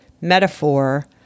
metaphor